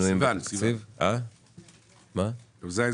שינויים בתקציב לשנת 2022. העברה ראשונה,